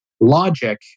logic